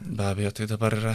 be abejo tai dabar yra